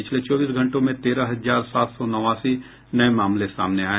पिछले चौबीस घंटों में तेरह हजार सात सौ नवासी नये मामले सामने आयें